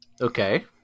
Okay